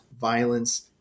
violence